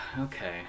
okay